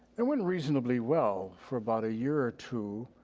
and went reasonably well for about a year or two.